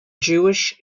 jewish